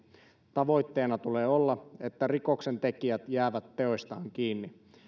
tavoitteena tulee olla että rikoksentekijät jäävät teoistaan kiinni